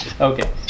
Okay